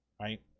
Right